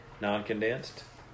non-condensed